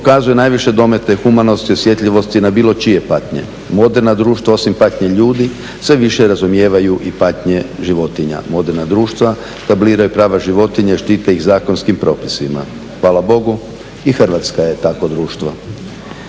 pokazuje najviše domete humanosti i osjetljivosti na bilo čije patnje. Moderna društva osim patnje ljudi sve više razumijevaju i patnje životinja. Moderna društva tabliraju prava životinja i štite ih zakonskim propisima. Hvala Bogu i Hrvatska je takvo društvo.